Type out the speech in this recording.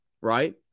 right